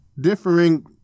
differing